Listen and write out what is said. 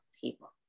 people